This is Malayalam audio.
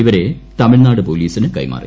ഇവരെ തമിഴ്നാട്ട് പ്ലോലീസിന് കൈമാറി